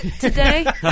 today